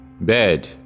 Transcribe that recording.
bed